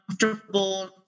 comfortable